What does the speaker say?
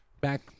back